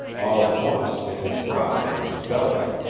all at once it had dropped on its belly.